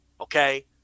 okay